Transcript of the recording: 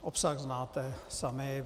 Obsah znáte sami.